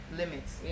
limits